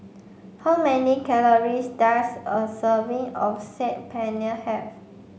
how many calories does a serving of Saag Paneer have